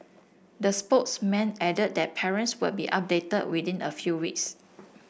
the spokesman added that parents will be updated within a few weeks